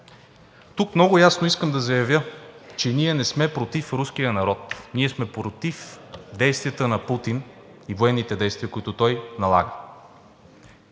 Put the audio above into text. Тук много ясно искам да заявя, че ние не сме против руския народ, ние сме против действията на Путин и военните действия, които той налага.